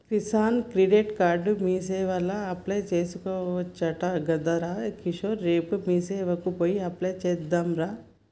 Kisan credit card మీసేవల apply చేసుకోవచ్చట గదరా కిషోర్ రేపు మీసేవకు పోయి అప్లై చెద్దాంరా